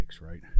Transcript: right